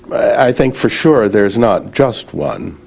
i think for sure there's not just one.